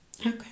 Okay